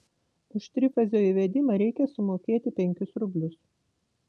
už trifazio įvedimą reikia sumokėti penkis rublius